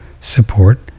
support